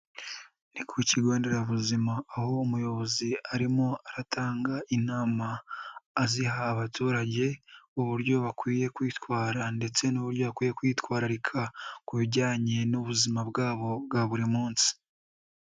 Ni ku kigo nderabuzima aho umuyobozi arimo aratanga inama aziha abaturage ku buryo bakwiye kwitwara ndetse n'uburyo bakwiye kwitwararika ku bijyanye n'ubuzima bwabo bwa buri munsi.